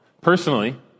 Personally